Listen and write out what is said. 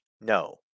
no